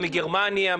מגרמניה,